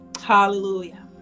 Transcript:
Hallelujah